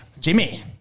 Jimmy